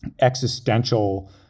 existential